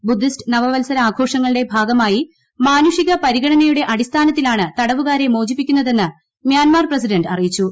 Buddhist നവവത്സര ആഘോഷങ്ങളുടെ ഭാഗമായി മാനുഷിക പരിഗണനയുടെ അടിസ്ഥാനത്തിലാണ് തടവുകാരെ മോചിപ്പിക്കുന്നതെന്ന് മ്യാന്മർ പ്രസിഡന്റ് അറിയിച്ചു